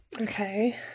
Okay